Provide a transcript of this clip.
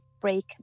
break